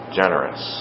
generous